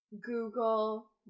Google